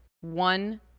One